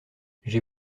j’ai